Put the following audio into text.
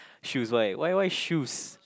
shoes why why why shoes